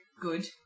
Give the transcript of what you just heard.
Good